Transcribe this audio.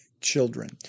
children